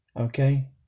okay